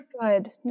Good